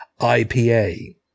IPA